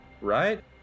Right